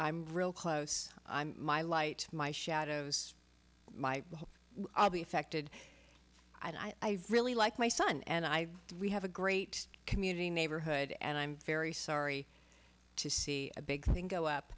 i'm real close my light my shadows my obvious acted i really like my son and i we have a great community neighborhood and i'm very sorry to see a big thing go up